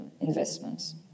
investments